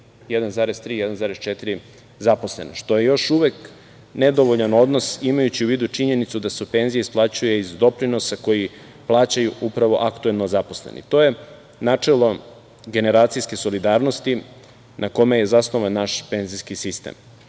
1,3, 1,4 zaposlena, što je još uvek nedovoljan odnos, imajući u vidu činjenicu da se penzija isplaćuje iz doprinosa koji plaćaju upravo aktuelno zaposlenih. To je načelo generacijske solidarnosti na kome je zasnovan naš penzijski sistem. Ovom